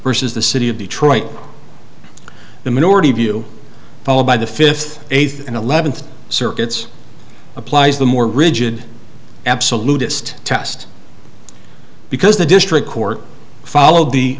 versus the city of detroit the minority view followed by the fifth eighth and eleventh circuits applies the more rigid absolute test because the district court followed the